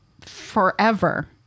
forever